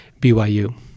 BYU